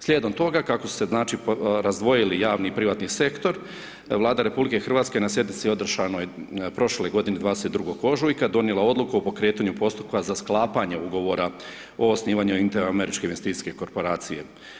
Slijedom toga, kako su se, znači, razdvojili javni i privatni sektor, Vlada RH na sjednici održanoj prošle godine, 22. ožujka, donijela odluku o pokretanju postupka za sklapanje Ugovora o osnivanju Inter-Američke investicijske korporacije.